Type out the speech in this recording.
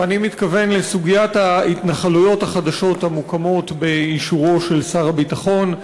ואני מתכוון לסוגיית ההתנחלויות החדשות המוקמות באישורו של שר הביטחון.